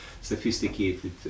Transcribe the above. sophisticated